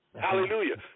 Hallelujah